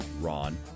Ron